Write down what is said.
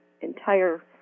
entire